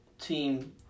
team